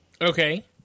Okay